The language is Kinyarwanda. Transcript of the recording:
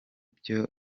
byo